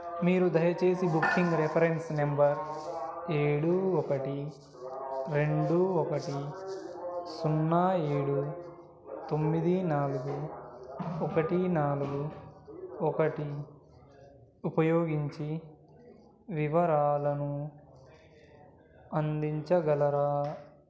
మీరు దయచేసి booking reference number ఏడు ఒకటి రెండు ఒకటి సున్నా ఏడు తొమ్మిది నాలుగు ఒకటి నాలుగు ఒకటి ఉపయోగించి వివరాలను అందించగలరా